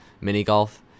mini-golf